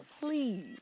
Please